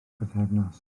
pythefnos